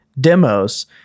demos